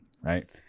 Right